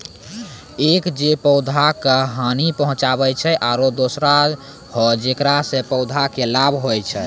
एक जे पौधा का हानि पहुँचाय छै आरो दोसरो हौ जेकरा सॅ पौधा कॅ लाभ होय छै